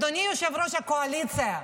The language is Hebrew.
אדוני יושב-ראש הקואליציה,